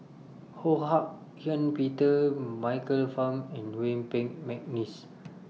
Ho Hak Ean Peter Michael Fam and Yuen Peng Mcneice